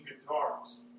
guitars